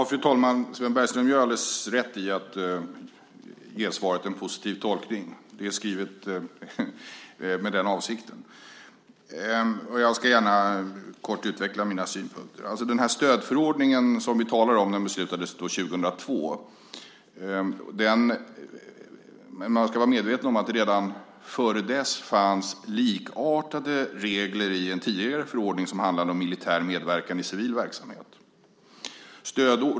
Fru talman! Sven Bergström gör alldeles rätt i att tolka svaret positivt. Det är skrivet med den avsikten! Och jag ska gärna kort utveckla mina synpunkter. Stödförordningen som vi talar om beslutade man om 2002. Man ska vara medveten om att redan före dess fanns likartade regler i en tidigare förordning som handlade om militär medverkan i civil verksamhet.